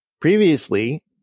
Previously